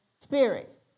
Spirit